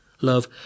love